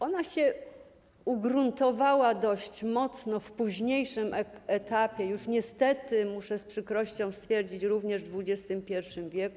Ona się ugruntowała dość mocno w późniejszym etapie, niestety, muszę z przykrością stwierdzić, również w XXI w.